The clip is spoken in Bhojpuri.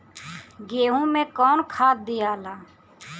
गेहूं मे कौन खाद दियाला?